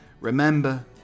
Remember